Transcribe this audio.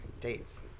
dates